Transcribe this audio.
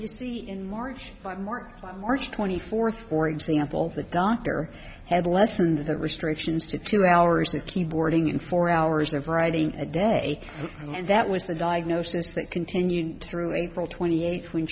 you see in march by more march twenty fourth for example the doctor had lessened the restrictions to two hours of keyboarding in four hours of writing a day and that was the diagnosis that continued through april twenty eighth when